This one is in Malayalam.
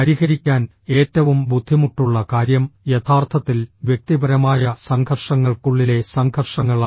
പരിഹരിക്കാൻ ഏറ്റവും ബുദ്ധിമുട്ടുള്ള കാര്യം യഥാർത്ഥത്തിൽ വ്യക്തിപരമായ സംഘർഷങ്ങൾക്കുള്ളിലെ സംഘർഷങ്ങളാണ്